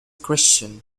christian